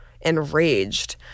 enraged